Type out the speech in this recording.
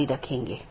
धन्यवाद